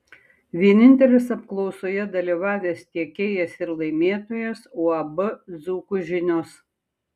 vienintelis apklausoje dalyvavęs tiekėjas ir laimėtojas uab dzūkų žinios